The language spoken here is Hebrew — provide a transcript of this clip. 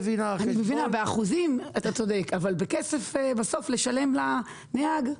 באחוזים אתה צודק, אבל בכסף לשלם לנהג,